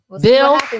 Bill